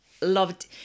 Loved